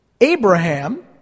Abraham